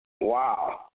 Wow